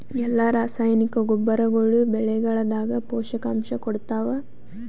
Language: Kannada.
ಎಲ್ಲಾ ರಾಸಾಯನಿಕ ಗೊಬ್ಬರಗೊಳ್ಳು ಬೆಳೆಗಳದಾಗ ಪೋಷಕಾಂಶ ಕೊಡತಾವ?